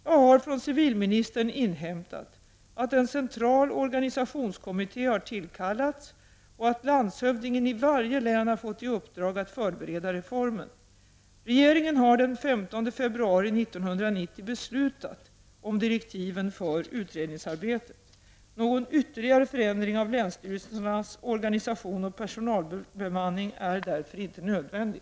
Jag har från civilministern inhämtat att en central organisationskommitté har tillkallats och att landshövdingen i varje län har fått i uppdrag att förbereda reformen. Regeringen har den 15 februari 1990 beslutat om direktiven för utredningsarbetet. Någon ytterligare förändring av länsstyrelsernas organisation och personalbemanning är därför inte nödvändig.